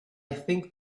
think